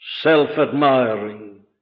self-admiring